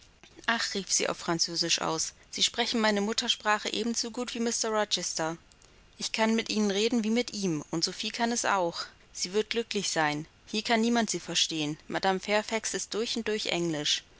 ach rief sie auf französisch aus sie sprechen meine muttersprache ebenso gut wie mr rochester ich kann mit ihnen reden wie mit ihm und sophie kann es auch sie wird glücklich sein hier kann niemand sie verstehen madame fairfax ist durch und durch englisch